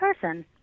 person